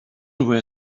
were